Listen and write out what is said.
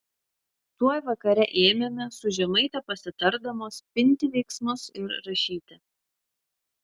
tuoj vakare ėmėme su žemaite pasitardamos pinti veiksmus ir rašyti